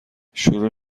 شروع